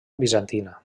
bizantina